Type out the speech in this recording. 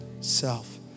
self